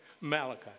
Malachi